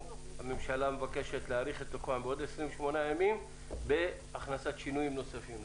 והממשלה מבקשת להאריך את תוקפם בעוד 28 ימים בהכנסת שינויים נוספים.